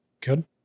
Good